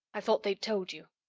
i thought they'd told you.